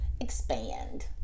expand